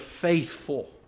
faithful